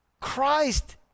Christ